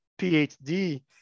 PhD